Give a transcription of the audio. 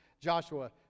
Joshua